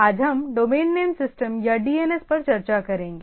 आज हम domain name system या डीएनएस पर चर्चा करेंगे